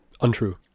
Untrue